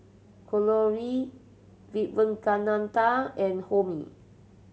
Kalluri Vivekananda and Homi